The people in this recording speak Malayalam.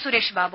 സുരേഷ്ബാബു